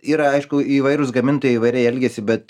yra aišku įvairūs gamintojai įvairiai elgiasi bet